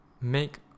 make